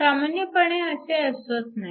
सामान्यपणे असे असत नाही